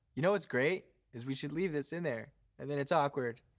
you know what's great, is we should leave this in there and then, it's awkward.